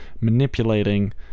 manipulating